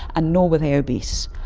and nor were they obese.